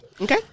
Okay